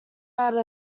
out